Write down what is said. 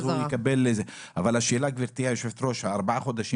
לקחנו את התקופה של הארבעה חודשים